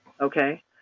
Okay